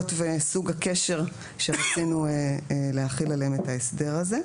וסוג הקשר שרצינו להחיל עליהן את ההסדר הזה.